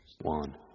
One